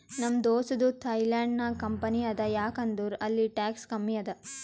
ನಮ್ ದೋಸ್ತದು ಥೈಲ್ಯಾಂಡ್ ನಾಗ್ ಕಂಪನಿ ಅದಾ ಯಾಕ್ ಅಂದುರ್ ಅಲ್ಲಿ ಟ್ಯಾಕ್ಸ್ ಕಮ್ಮಿ ಅದಾ